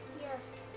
Yes